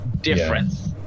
difference